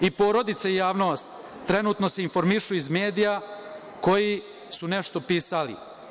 I porodica i javnost trenutno se informišu iz medija koji su nešto pisali.